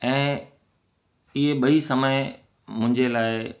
ऐं ईअं ॿई समय मुंहिंजे लाइ